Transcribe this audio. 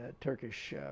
Turkish